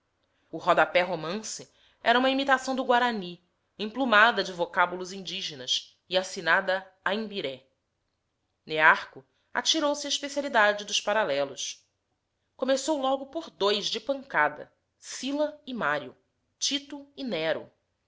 arrebentada o rodapé romance era uma imitação do guarani emplumada de vocábulos indígenas e assinada aimbiré nearco atirou-se à especialidade dos paralelos começou logo por dois de pancada cila e mário tito e